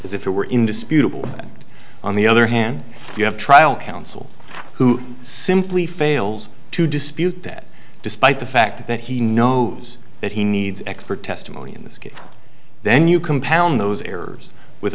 as if it were indisputable and on the other hand you have trial counsel who simply fails to dispute that despite the fact that he knows that he needs expert testimony in this case then you compound those errors with